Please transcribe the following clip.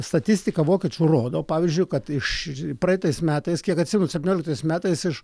statistika vokiečių rodo pavyzdžiui kad ši praeitais metais kiek atsimenu septynioliktais metais iš